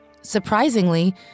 Surprisingly